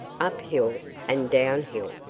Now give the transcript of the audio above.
up hill and down hill,